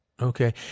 Okay